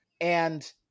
and-